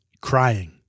crying